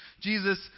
Jesus